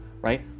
right